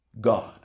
God